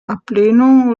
ablehnung